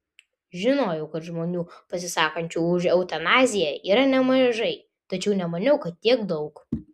žinojau kad žmonių pasisakančių už eutanaziją yra nemažai tačiau nemaniau kad tiek daug